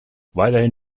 weiterhin